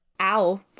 ow